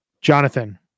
Jonathan